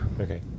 Okay